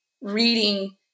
reading